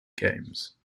games